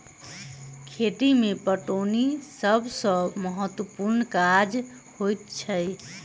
खेती मे पटौनी सभ सॅ महत्त्वपूर्ण काज होइत छै